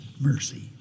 mercy